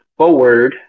forward